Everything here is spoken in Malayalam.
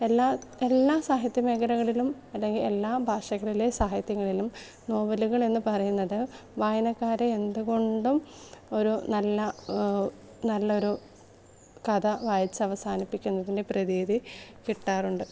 എല്ലാ എല്ലാ സാഹിത്യ മേഖലകളിലും അല്ലെങ്കിൽ എല്ലാ ഭാഷകളിലെ സാഹിത്യങ്ങളിലും നോവലുകൾ എന്നു പറയുന്നത് വായനക്കാരെ എന്തുകൊണ്ടും ഒരു നല്ല നല്ലൊരു കഥ വായിച്ചവസാനിപ്പിക്കുന്നതിൻ്റെ പ്രതീതി കിട്ടാറുണ്ട്